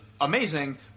amazing